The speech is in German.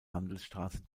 handelsstraße